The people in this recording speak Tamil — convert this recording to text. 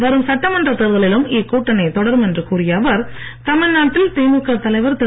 வரும் சட்டமன்றத் தேர்தலிலும் இக்கூட்டணி தொடரும் என்று கூறிய அவர் தமிழ்நாட்டில் திமுக தலைவர் திரு